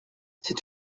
c’est